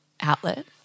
outlet